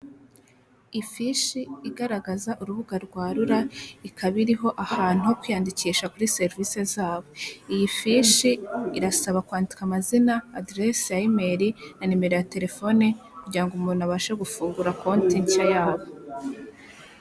Ifishi igaragaza urubuga rwa rura ikaba iriho ahantu ho kwiyandikisha kuri serivisi zabo iyi fishi irasaba kwandika amazina aderesi ya imeri na nimero ya telefone kugira ngo umuntu abashe gufungura konti nshya yabo.